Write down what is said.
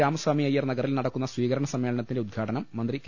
രാമസ്വാമി അയ്യർ നഗറിൽ നടക്കുന്ന സ്വീകരണ സമ്മേളന ത്തിന്റെ ഉൽഘാടനം മന്ത്രി കെ